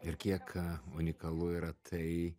ir kiek unikalu yra tai